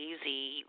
easy